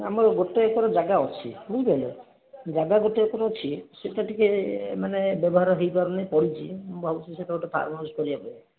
ଆମର ଗୋଟେ ଏକର ଜାଗା ଅଛି ବୁଝିପାରିଲେ ଜାଗା ଗୋଟେ ଏକର ଅଛି ସେଟା ଟିକେ ମାନେ ବ୍ୟବହାର ହେଇପାରୁନି ପଡ଼ିଛି ମୁଁ ଭାବୁଛି ସେଟା ଗୋଟେ ଫାର୍ମ୍ ହାଉସ୍ ଖୋଲିଆ ପାଇଁ